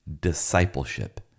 discipleship